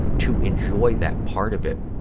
to enjoy that part of it.